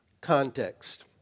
context